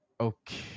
Okay